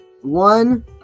One